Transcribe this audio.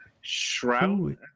Shroud